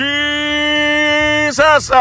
Jesus